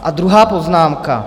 A druhá poznámka.